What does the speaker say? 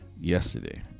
yesterday